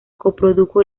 coprodujo